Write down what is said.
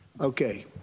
Okay